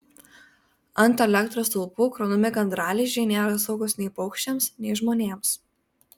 ant elektros stulpų kraunami gandralizdžiai nėra saugūs nei paukščiams nei žmonėms